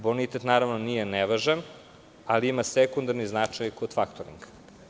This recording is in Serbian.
Bonitet nije nevažan, ali ima sekundarni značaj kod faktoringa.